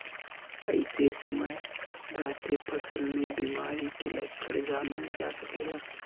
कइसे समय रहते फसल में बिमारी के लक्षण जानल जा सकेला?